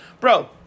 Bro